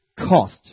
cost